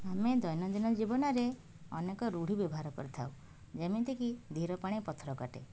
ଆମେ ଦୈନଦିନ ଜୀବନରେ ଅନେକ ରୁଢ଼ି ବ୍ୟବହାର କରିଥାଉ ଯେମିତିକି ଧୀର ପାଣି ପଥର କାଟେ